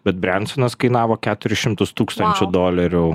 bet brensonas kainavo keturis šimtus tūkstančių dolerių